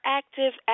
active